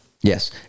Yes